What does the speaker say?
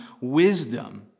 wisdom